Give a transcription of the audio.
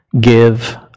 give